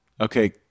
Okay